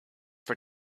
for